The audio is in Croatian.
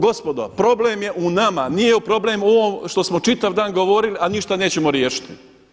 Gospodo, problem je u nama, nije problem što smo čitav dan govorili a ništa nećemo riješiti.